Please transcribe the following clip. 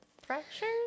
fractures